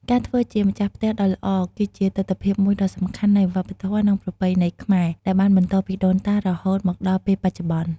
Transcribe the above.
ការធ្វើជាម្ចាស់ផ្ទះដ៏ល្អ គឺជាទិដ្ឋភាពមួយដ៏សំខាន់នៃវប្បធម៌ និងប្រពៃណីខ្មែរ ដែលបានបន្តពីដូនតារហូតមកដល់ពេលបច្ចុប្បន្ន។